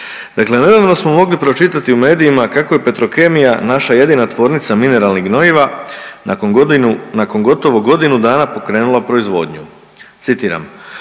nedavno smo mogli pročitati u medijima kako je Petrokemija, naša jedina tvornica mineralnih gnojiva, nakon godinu, nakon gotovo godinu dana pokrenula proizvodnju. Citiram,